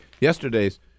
Yesterday's